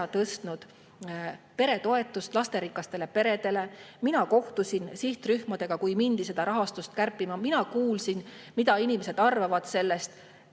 tõstnud peretoetust lasterikastele peredele. Mina kohtusin sihtrühmadega, kui mindi seda rahastust kärpima. Mina kuulsin, mida inimesed arvavad sellest.